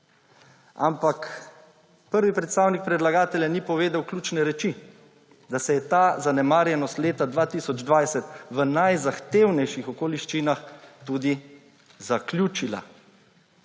Ampak prvi predstavnik predlagatelja ni povedal ključne reči, da se je ta zanemarjenost leta 2020 v najzahtevnejših okoliščinah tudi zaključila.